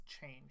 change